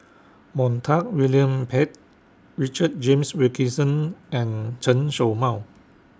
Montague William Pett Richard James Wilkinson and Chen Show Mao